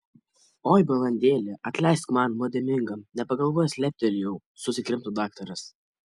oi balandėli atleisk man nuodėmingam nepagalvojęs leptelėjau susikrimto daktaras